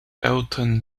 elton